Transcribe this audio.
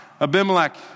Abimelech